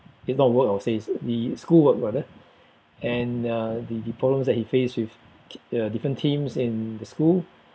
it's not work I would say it's the schoolwork rather and uh the the problems he face with ki~ uh different teams in the school